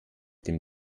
dem